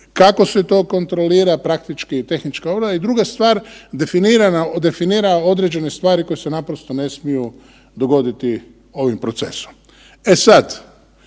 kako se to kontrolira praktički tehnička obrada i druga stvar definira određene stvari koje se naprosto ne smiju dogodi ovim procesom. E sad,